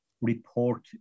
report